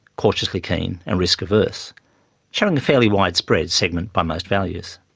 cautiously keen and risk averse showing a fairly wide spread segment by most values.